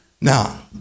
Now